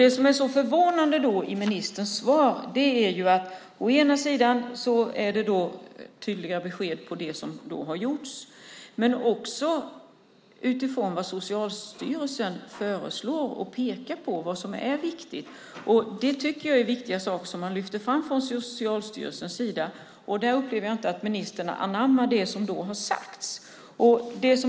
Det som är så förvånande i ministerns svar är att å ena sidan kommer det tydliga besked om det som har gjorts och å andra sidan talar man om vad Socialstyrelsen föreslår och pekar på som viktigt. Jag tycker att det är viktiga saker som Socialstyrelsen lyfter fram. Jag upplever inte att ministern anammar det som har sagts.